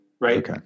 right